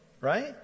right